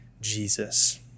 Jesus